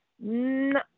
No